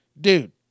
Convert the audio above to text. dude